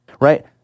Right